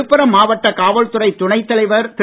விழுப்புரம் மாவட்ட காவல்துறை துணை தலைவர் திரு